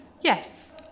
yes